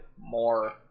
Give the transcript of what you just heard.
more